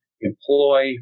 employ